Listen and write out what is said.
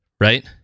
right